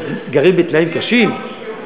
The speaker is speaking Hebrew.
הם גרים בתנאים קשים,